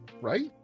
right